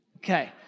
Okay